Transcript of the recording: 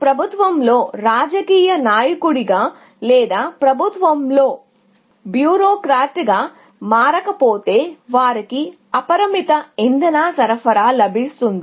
ప్రభుత్వంలో రాజకీయ నాయకుడిగా లేదా ప్రభుత్వంలో బ్యూరోక్రాట్గా ఉన్నట్లయితే వారికి అపరిమిత ఇంధన సరఫరా లభిస్తుంది